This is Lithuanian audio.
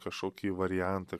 kašokį variantą